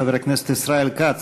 חבר הכנסת ישראל כץ,